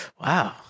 Wow